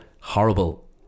horrible